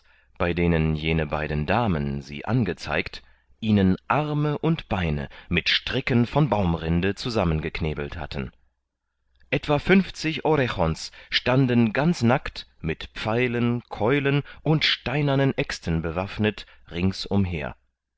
bei denen jene beiden damen sie angezeigt ihnen arme und beine mit stricken von baumrinde zusammengeknebelt hatten etwa funfzig orechon's standen ganz nackt mit pfeilen keulen und steinernen aexten bewaffnet rings umher